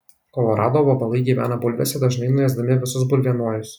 kolorado vabalai gyvena bulvėse dažnai nuėsdami visus bulvienojus